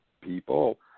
people